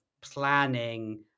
planning